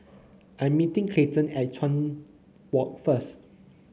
I'm meeting Clayton at Chuan Walk first